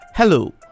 Hello